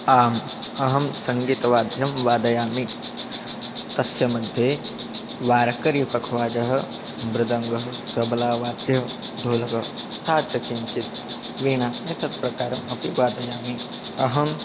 आम् अहं सङ्गीतवाध्यं वादयामि तस्य मध्ये वार्करीपख्वाजः मृदङ्गः तबलावाद्यः ढोलकः तथा च किञ्चित् वीणा एतत् प्रकारम् अपि वादयामि अहं